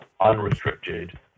unrestricted